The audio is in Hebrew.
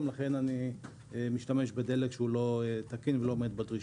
ולכן אני משתמש בדלק שהוא לא תקין ולא עומד בדרישות.